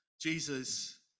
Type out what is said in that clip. Jesus